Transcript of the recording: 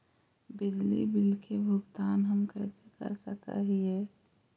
बिजली बिल के भुगतान हम कैसे कर सक हिय?